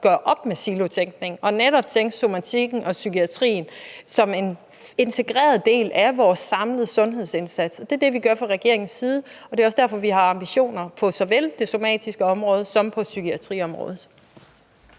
gøre op med silotænkningen og netop tænke somatikken og psykiatrien som en integreret del af vores samlede sundhedsindsats. Det er det, vi gør fra regeringens side, og det er også derfor, vi har ambitioner på såvel det somatiske som det psykiatriske område.